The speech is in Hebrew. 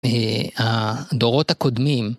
הדורות הקודמים.